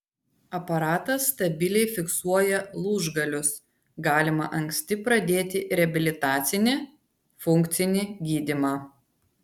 aparatas stabiliai fiksuoja lūžgalius galima anksti pradėti reabilitacinį funkcinį gydymą